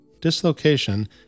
dislocation